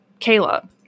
kayla